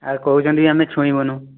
ଆଉ କହୁଛନ୍ତି କି ଆମେ ଛୁଇଁବୁନାହିଁ